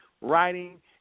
writing